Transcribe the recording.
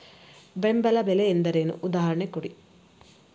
ಬೆಂಬಲ ಬೆಲೆ ಎಂದರೇನು, ಉದಾಹರಣೆ ಕೊಡಿ?